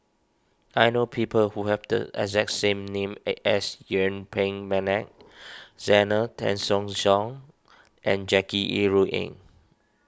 I know people who have the exact name as Yuen Peng McNeice Zena Tessensohn and Jackie Yi Ru Ying